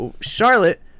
Charlotte